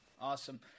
Awesome